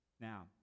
Now